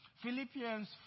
Philippians